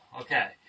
Okay